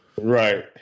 Right